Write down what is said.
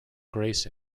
grace